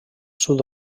sud